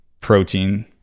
protein